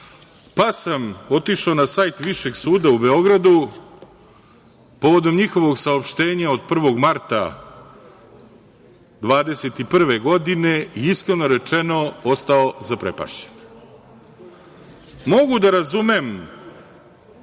pa sam otišao na sajt Višeg suda u Beogradu, povodom njihovog saopštenja od 1. marta 2021. godine i iskreno rečeno, ostao zaprepašćen. Mogu da razumem